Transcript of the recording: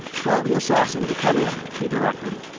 tell the assassin to come in, he directed.